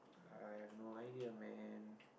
I have no idea man